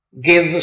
Give